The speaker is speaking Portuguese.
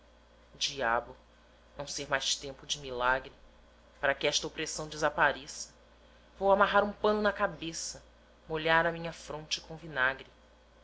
diabo não ser mais tempo de milagre para que esta opressão desapareça vou amarrar um pano na cabeça molhar a minha fornte com vinagre